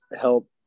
help